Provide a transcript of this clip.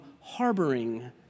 harboring